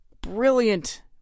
brilliant